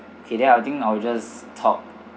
okay then I'll think I'll just top